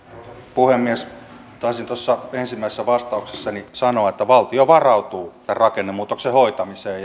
puhemies taisin tuossa ensimmäisessä vastauksessani sanoa että valtio varautuu tämän rakennemuutoksen hoitamiseen